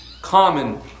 Common